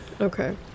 Okay